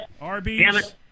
Arby's